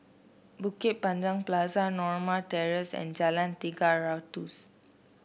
Bukit Panjang Plaza Norma Terrace and Jalan Tiga Ratus